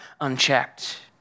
unchecked